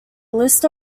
list